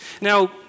Now